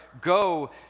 Go